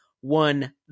One